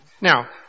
Now